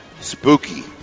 Spooky